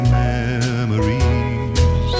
memories